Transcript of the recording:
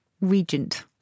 regent